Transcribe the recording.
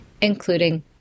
including